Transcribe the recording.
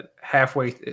halfway